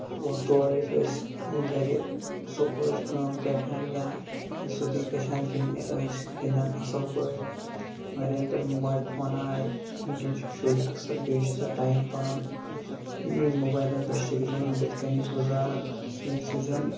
اور تورٕ یِتھ ٲسی گرِ سکوٗلٕچ کٲم کرِ ہن یا سیٚودُے گژھہن گِندنہِ ٲسۍ گِندان اَصٕل پٲٹھۍ وۄنۍ ییٚلہِ پٮ۪ٹھ موبایِل فون آیہِ وٕنکین چھِ شُرۍ اَکثر بیشتر ٹایم پَنُن یِمنٕے موبایلَن پٮ۪ٹھ سِکریٖنن بٔتھۍ کَنی گُزاران ییٚمہِ سۭتۍ زَن